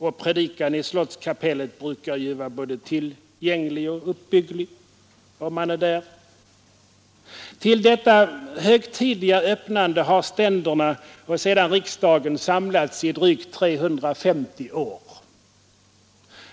Och predikan i Slottskapellet brukar vara både tillgänglig och uppbygglig — om man är där. Till detta högtidliga öppnande har ständerna och sedan riksdagen samlats i drygt 350 år.